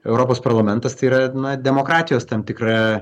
europos parlamentas tai yra demokratijos tam tikra